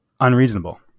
unreasonable